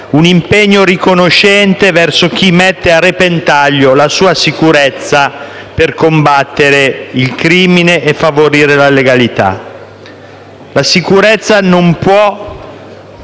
un impegno riconoscente verso chi mette a repentaglio la propria sicurezza per combattere il crimine e favorire la legalità. La sicurezza dei